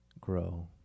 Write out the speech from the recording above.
grow